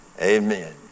Amen